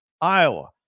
Iowa